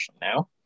now